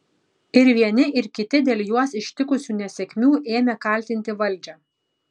ir vieni ir kiti dėl juos ištikusių nesėkmių ėmė kaltinti valdžią